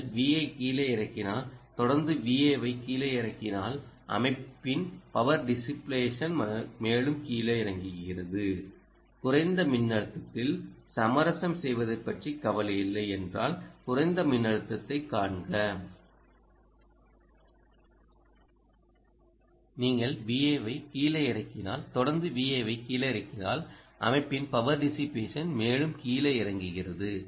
நீங்கள் V ஐ கீழே இறக்கினால் தொடர்ந்து V ஐ கீழே வை இறக்கினால் அமைப்பின் பவர் டிஸிபேஷன் மேலும் கீழே இறங்குகிறது